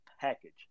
package